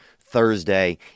Thursday